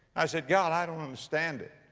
i said, god, i don't understand it.